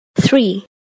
Three